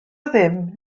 ddim